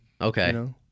okay